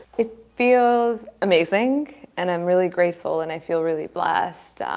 it feels amazing and i'm really grateful and i feel really blessed